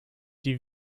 die